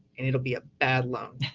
and it'll be a bad loan.